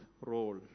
role